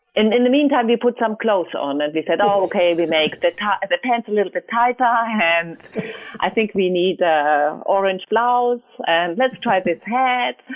in in the meantime, we put some clothes on, and we said, ok, we make the top the pants a little bit tighter. and i think we need orange blouse and let's try this hat.